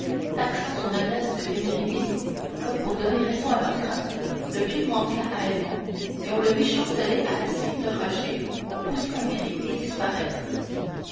taxant son adresse de témérité comme pour donner raison à leurs craintes le pied manqua à edmond on le vit chanceler à la cime d'un rocher pousser un cri et disparaître